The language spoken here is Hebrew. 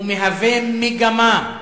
הוא מהווה מגמה.